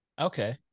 Okay